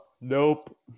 Nope